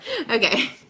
okay